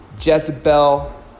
Jezebel